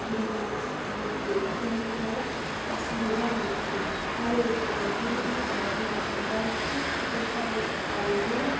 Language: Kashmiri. دُنیا کہِ دُنیاہُک اَصلی رنٛگ وٕچھُن تَوَے حظ چھِ یِمَن ضٔروٗری اَمِچ گۄڈنٮ۪تھٕے اِنفارمیشَن تھاوٕنۍ ؤنِتھ